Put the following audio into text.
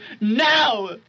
now